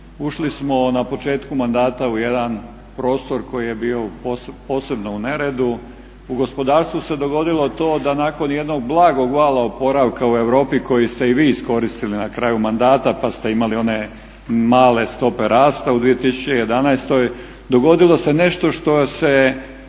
ušli smo na početku mandata u jedan prostor koji je bio posebno u neredu. U gospodarstvu se dogodilo to da nakon jednog blagog vala oporavka u Europi koji ste i vi iskoristili na kraju mandata pa ste imali one male stope rasta u 2011., dogodilo se nešto što se